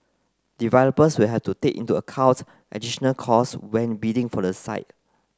developers will have to take into account additional costs when bidding for the site